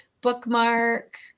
bookmark